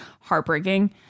heartbreaking